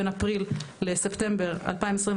בין אפריל לספטמבר 2021,